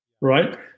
Right